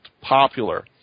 popular